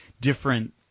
different